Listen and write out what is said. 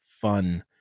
fun